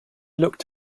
looked